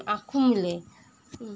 ଆଖୁ ମିଳେ